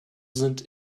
sind